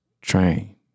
train